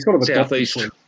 southeast